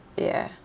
ya